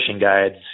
guides